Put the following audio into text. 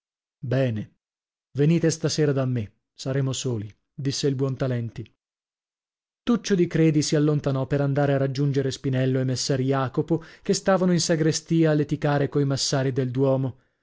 bene venite stasera da me saremo soli disse il buontalenti tuccio di credi si allontanò per andare a raggiungere spinello e messer jacopo che stavano in sagrestia a leticare coi massari del duomo